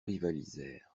rivalisèrent